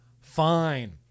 fine